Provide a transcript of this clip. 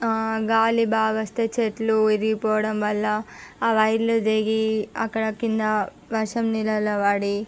ఆ గాలి బాగా వస్తే చెట్లు విరిగిపోవడం వల్ల ఆ వైర్లు తెగి అక్కడ క్రింద వర్షం నీళ్ళలో పడి